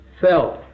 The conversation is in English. felt